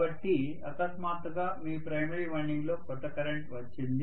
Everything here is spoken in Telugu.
కాబట్టి అకస్మాత్తుగా మీ ప్రైమరీ వైండింగ్లో కొత్త కరెంట్ వచ్చింది